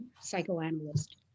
psychoanalyst